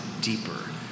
deeper